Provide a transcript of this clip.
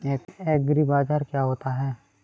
एग्रीबाजार क्या होता है?